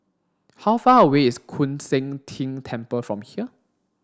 how far away is Koon Seng Ting Temple from here